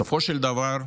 בסופו של דבר,